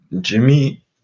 Jimmy